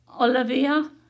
Olivia